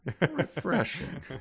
refreshing